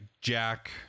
Jack